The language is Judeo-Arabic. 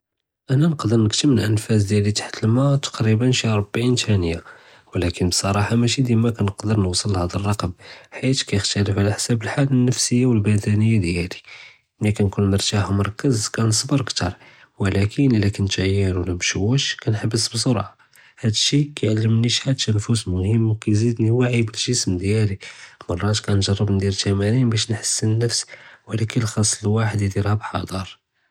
אַנָא נְקַדַּר נְקַתֵּם אֶל-אַנְפַאס דְיַאלִי תַּחְת אל-מַא תְּקְרִיבָן שִי רְבְעִין תַּנְיָה וְלָקִין בְּצִרַאחָה מַאְשִי דִימَا קַנְקַדַּר נְוֹصֵל לְהַאד אֶל-רַקְם חִית קַיִחְתַלֵף עַל חֲשַב אַל-חَالָה אֶל-נַפְסִיָּה וְאֶל-בַּדְנִיָּה דְיַאלִי לָקִין כֻּל מַא מַאקְנְת מֶרְכַּז קַנְסְבֵּר קְתַّر וְלָקִין אִלַא קְנְת עַיַאן לוֹ מְשַׁוְש קַנְחַבֵּס בְּסְרָעָה הַאדּ שִיּוּ קַיִעְלֵמְנִי שְׁחַאל אֶת-תַּנַפּס מְהִים וְקַיִזִידְנִי וַעִי בַּגֶּסְם דְיַאלִי. מָרַאת קַנְגַ'רֵّב תַּמַארִין בַּשּׁ נְחַס בַּנַּפְס וְלָקִין חַאס אֶל-וַחַד יְדִירְהָ בְּחֶזֶר.